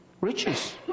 Riches